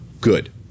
good